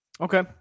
Okay